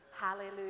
Hallelujah